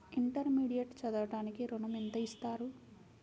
Intermediate చదవడానికి ఋణం ఎంత ఇస్తారు?